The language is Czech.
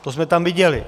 To jsme tam viděli.